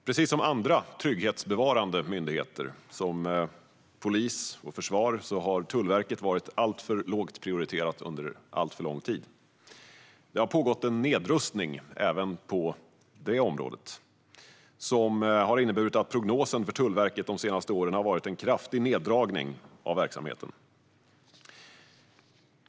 Precis som andra trygghetsbevarande myndigheter, till exempel polis och försvar, har Tullverket varit alltför lågt prioriterat under alltför lång tid. Det har pågått en nedrustning även på det området, och det har inneburit att prognosen för Tullverket de senaste åren varit en kraftig neddragning av verksamheten.